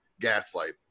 gaslight